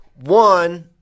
one